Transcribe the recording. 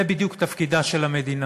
שזה בדיוק תפקידה של המדינה.